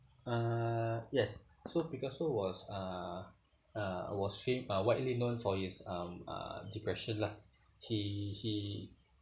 uh yes so picasso was uh uh was fam~ but widely known for his um uh depression lah he he